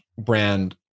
brand